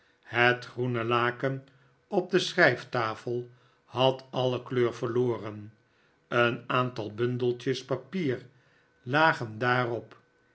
het groene laken op de schrijftafel had alle kleur verloren een aantal bundeltjes papieren lagen daarop